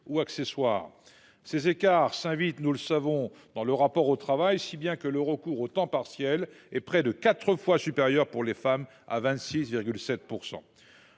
ou accessoires. Ces écarts s’invitent dans le rapport au travail, si bien que le recours au temps partiel est près de quatre fois supérieur pour les femmes, de